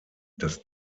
das